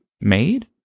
made